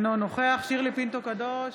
אינו נוכח שירלי פינטו קדוש,